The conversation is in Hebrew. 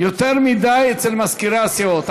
יותר מדי אצל מזכירי הסיעות.